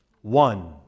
One